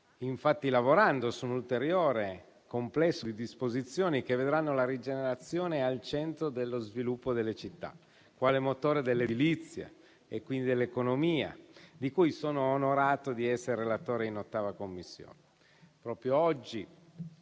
infatti, lavorando su un ulteriore complesso di disposizioni che vedranno la rigenerazione al centro dello sviluppo delle città quale motore dell'edilizia e quindi dell'economia, di cui sono onorato di essere relatore in 8a Commissione.